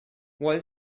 while